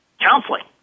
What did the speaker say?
counseling